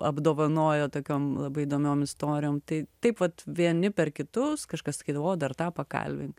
apdovanojo tokiom labai įdomiom istorijom tai taip vat vieni per kitus kažkas sakydavo o dar tą pakalbink